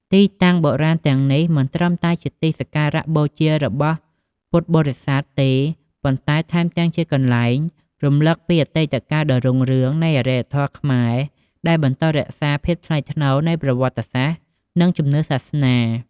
ទីតាំងបុរាណទាំងនេះ មិនត្រឹមតែជាទីសក្ការបូជារបស់ពុទ្ធបរិស័ទទេ ប៉ុន្តែថែមទាំងជាទីកន្លែងរំឭកពីអតីតកាលដ៏រុងរឿងនៃអរិយធម៌ខ្មែរ ដែលបន្តរក្សាភាពថ្លៃថ្នូរនៃប្រវត្តិសាស្ត្រនិងជំនឿសាសនា។